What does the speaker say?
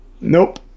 Nope